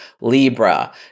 Libra